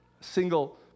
single